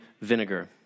vinegar